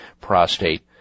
prostate